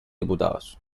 diputados